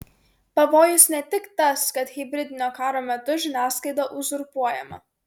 pavojus ne tik tas kad hibridinio karo metu žiniasklaida uzurpuojama